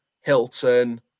Hilton